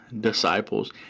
disciples